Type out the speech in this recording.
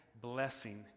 blessing